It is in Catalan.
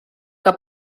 que